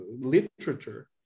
literature